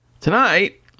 Tonight